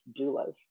doulas